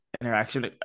interaction